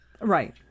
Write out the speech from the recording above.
Right